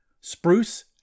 Spruce